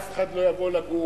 אף אחד לא יבוא לגור,